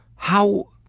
how,